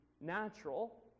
natural